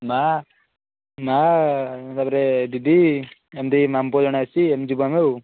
ମାଆ ମାଆ ତା'ପରେ ଦିଦି ଏମିତି ମାମୁଁ ପୁଅ ଜଣେ ଆସିଛି ଏମିତି ଯିବୁ ଆମେ ଆଉ